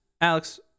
Alex